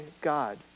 God